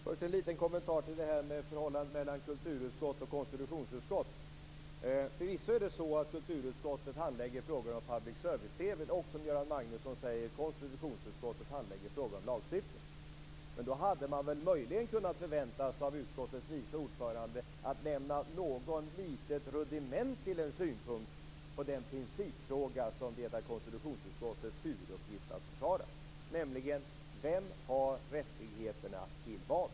Fru talman! Först har jag en liten kommentar till det här med förhållandet mellan kulturutskott och konstitutionsutskott. Förvisso är det så att kulturutskottet handlägger frågor om public service-TV och att konstitutionsutskottet, som Göran Magnusson säger, handlägger frågor om lagstiftning. Men då hade man väl möjligen kunnat förvänta sig av utskottets vice ordförande att han kunde lämna något litet rudiment till en synpunkt i den principfråga som det är konstitutionsutskottets huvuduppgift att försvara, nämligen: Vem har rättigheterna till vad?